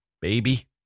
baby